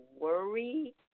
worry